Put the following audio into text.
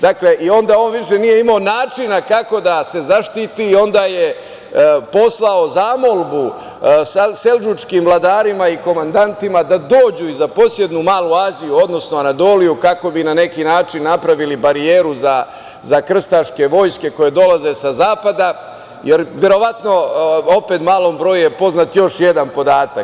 Dakle, on više nije imao načina kako da se zaštiti i onda je poslao molbu seldžučkim vladarima i komandantima da dođu i da zaposednu Malu Aziju, odnosno Anadoliju kako bi na neki način napravili barijeru za krstaške vojske koje dolaze sa zapada, jer verovatno opet malom broju je poznat još jedan podatak.